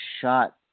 shot